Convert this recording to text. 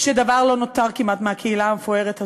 שדבר לא נותר כמעט מהקהילה המפוארת הזאת.